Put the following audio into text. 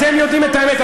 אתם יודעים את האמת.